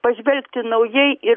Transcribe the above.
pažvelgti naujai ir